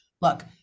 Look